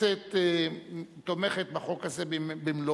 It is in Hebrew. הכנסת תומכת בחוק הזה במלואו,